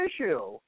issue